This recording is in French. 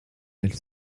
elle